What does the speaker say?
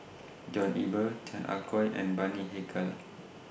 John Eber Chan Ah Kow and Bani Haykal